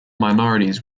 minorities